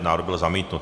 Návrh byl zamítnut.